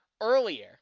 earlier